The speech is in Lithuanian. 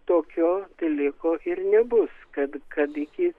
tokio dalyko ir nebus kad kad iki